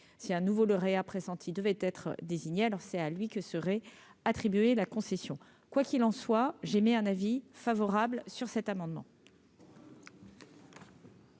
si un nouveau lauréat pressenti devait être désigné, alors c'est à lui que serait attribué la concession, quoi qu'il en soit, j'émets un avis favorable sur cet amendement.